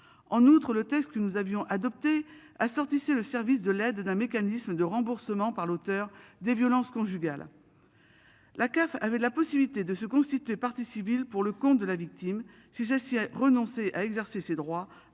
En outre, le texte que nous avions adopté assortissait c'est le service de l'aide d'un mécanisme de remboursement par l'auteur des violences conjugales. La CAF avait la possibilité de se constituer partie civile pour le compte de la victime si ça-ci a renoncé à exercer ses droits